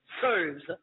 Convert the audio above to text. serves